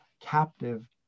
captive